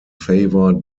favor